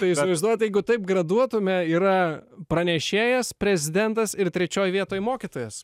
tai įsivaizduojat jeigu taip graduotame yra pranešėjas prezidentas ir trečioj vietoj mokytojas